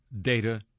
Data